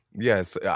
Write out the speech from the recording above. Yes